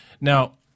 Now